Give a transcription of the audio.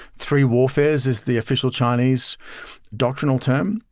three warfares is the official chinese doctrinal term,